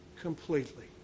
completely